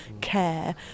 care